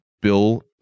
Bill